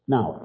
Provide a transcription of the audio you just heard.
Now